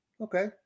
Okay